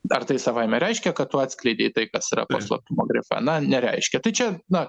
ar tai savaime reiškia kad tu atskleidei tai kas yra slaptumo grifą na nereiškia tu čia na